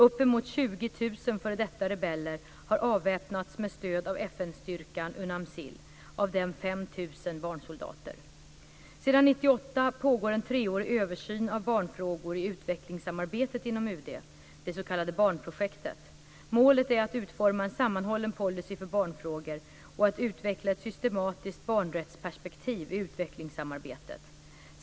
Uppemot 20 000 Sedan 1998 pågår en treårig översyn av barnfrågor i utvecklingssamarbetet inom UD, det s.k. Barnprojektet. Målet är att utforma en sammanhållen policy för barnfrågor och att utveckla ett systematiskt barnrättsperspektiv i utvecklingssamarbetet.